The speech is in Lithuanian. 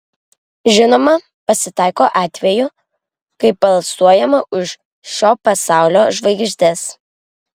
žinoma pasitaiko atvejų kai balsuojama už šou pasaulio žvaigždes